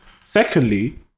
Secondly